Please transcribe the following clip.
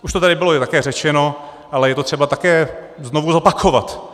Už to tady bylo také řečeno, ale je to třeba také znovu zopakovat.